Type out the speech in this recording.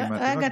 רגע,